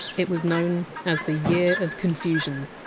it was known as! the year of confusion.